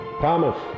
Thomas